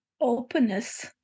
openness